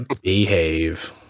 Behave